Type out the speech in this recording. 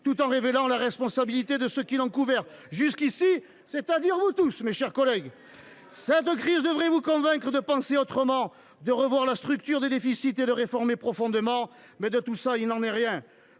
tout en révélant la responsabilité de ceux qui l’ont couvert jusqu’ici, c’est à dire vous tous, mes chers collègues. Mais respirez donc ! Cette crise devrait vous convaincre de penser autrement, de revoir la structure des déficits et de réformer profondément. De tout ça, il n’est rien.